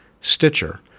Stitcher